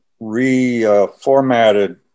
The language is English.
reformatted